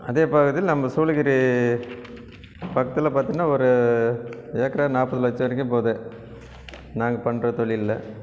அதே பகுதியில் நம்ம சூளகிரி பக்கத்தில் பார்த்திங்கன்னா ஒரு ஏக்கர் நாற்பது லட்சம் வரைக்கும் போது நாங்கள் பண்ணுற தொழிலில்